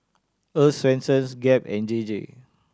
Earl's Swensens Gap and J J